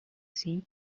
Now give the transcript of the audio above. see